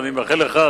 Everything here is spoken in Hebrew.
ואני מאחל לך,